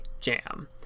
jam